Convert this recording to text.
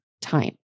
time